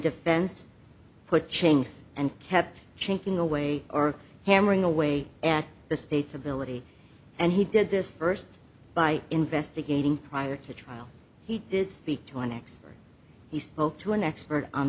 defense put chains and kept changing away or hammering away at the state's ability and he did this first by investigating prior to trial he did speak to an expert he spoke to an expert on